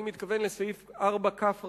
אני מתכוון לסעיף 4כ,